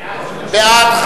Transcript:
בעד.